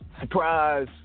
surprise